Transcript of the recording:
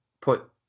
put